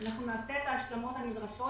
אנחנו נעשה את ההשלמות הנדרשות,